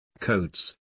codes